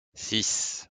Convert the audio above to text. six